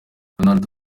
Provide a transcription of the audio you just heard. ronaldo